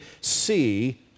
see